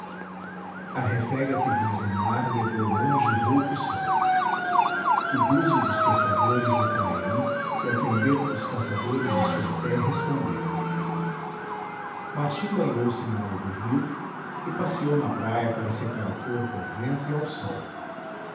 a refega que vinha do mar levou longe o rouco som o búzio dos pescadores do trairi e a trombeta dos caçadores do soipé responderam martim banhou-se nágua do rio e passeou na praia para secar o corpo ao vento e ao sol